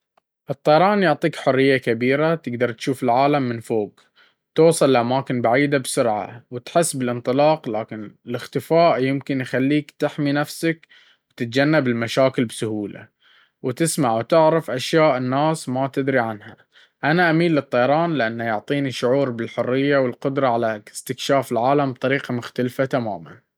الطيران يعطيك حرية كبيرة، تقدر تشوف العالم من فوق، توصل لأماكن بعيد بسرعة، وتحس بالانطلاق. لكن الاختفاء يمكن يخليك تحمي نفسك وتتجنب المشاكل بسهولة، وتسمع وتعرف أشياء الناس ما تدري عنها. أنا أميل للطيران لأنه يعطيني شعور بالحرية والقدرة على استكشاف العالم بطريقة مختلفة تمامًا.